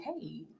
hey